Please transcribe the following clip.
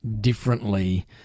differently